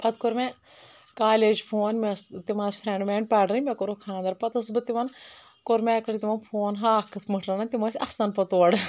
پتہٕ کوٚر مےٚ کالیج فون مےٚ ٲسۍ تِم آسہٕ فریٚنڈ میانہِ پرنٕے مےٚ کوٚرُکھ خانٛدر پتہٕ ٲسس بہٕ تِمن کوٚر مےٚ اکہِ لٹہِ تِمن فون ہاکھ کتھ پٲٹھۍ رنان تِم ٲسۍ اسان پتہٕ تورٕ